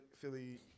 Philly